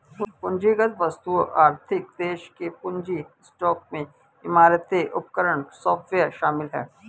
पूंजीगत वस्तुओं आर्थिक देश के पूंजी स्टॉक में इमारतें उपकरण सॉफ्टवेयर शामिल हैं